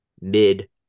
mid